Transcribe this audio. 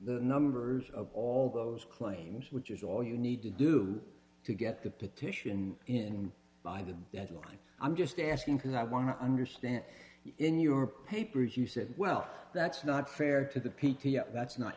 the numbers of all those claims which is all you need to do to get the petition in by the deadline i'm just asking because i want to understand in your papers you say well that's not fair to the p t o that's not